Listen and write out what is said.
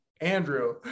Andrew